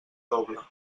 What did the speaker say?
doble